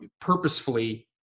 purposefully –